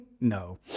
no